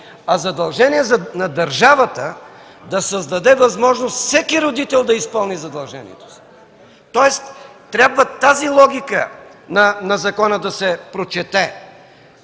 а задължение на държавата да създаде възможност всеки родител да изпълни задължението си. Тоест трябва тази логика на закона да се прочете.